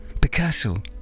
Picasso